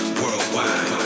worldwide